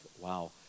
wow